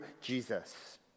Jesus